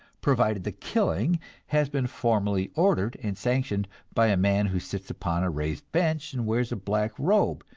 provided the killing has been formally ordered and sanctioned by a man who sits upon a raised bench and wears a black robe,